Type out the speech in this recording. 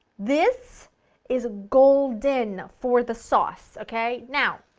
this is golden for the sauce, okay? now,